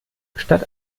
statt